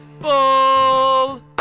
ball